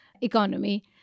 economy